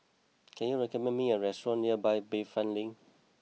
can you recommend me a restaurant near Bayfront Link